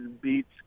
beats